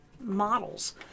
models